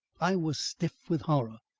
i was stiff with horror.